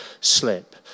slip